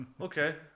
okay